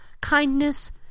kindness